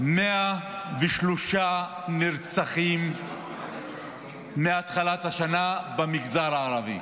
103 נרצחים מתחילת השנה במגזר הערבי.